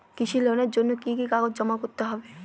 কৃষি লোনের জন্য কি কি কাগজ জমা করতে হবে?